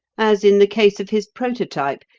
as in the case of his prototype,